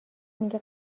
میگه